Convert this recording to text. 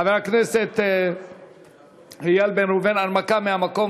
חבר הכנסת איל בן ראובן, הנמקה מהמקום.